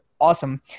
awesome